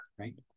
right